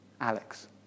Alex